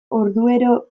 orduero